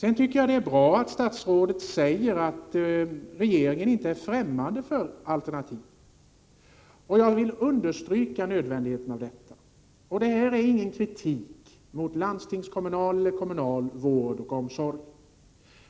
Jag tycker att det är bra att statsrådet säger att regeringen inte är främmande för alternativ. Jag vill understryka nödvändigheten av detta. Detta är ingen kritik mot landstingskommunal eller kommunal vård och omsorg.